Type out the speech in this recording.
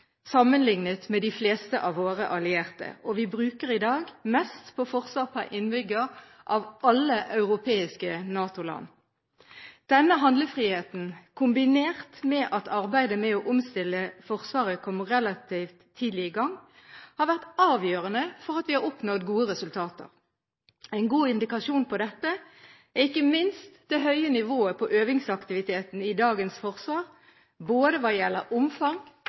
med de fleste av våre allierte, og vi bruker i dag mest på forsvar per innbygger av alle europeiske NATO-land. Denne handlefriheten, kombinert med at arbeidet med å omstille Forsvaret kom relativt tidlig i gang, har vært avgjørende for at vi har oppnådd gode resultater. En god indikasjon på dette er ikke minst det høye nivået på øvingsaktiviteten i dagens forsvar, hva gjelder omfang,